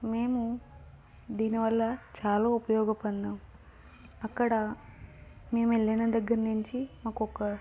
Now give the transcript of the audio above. మేము దీనివల్ల చాలా ఉపయోగం పొందాం అక్కడ మేము వెళ్ళిన దగ్గర నుంచి మాకు ఒక